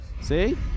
see